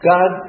God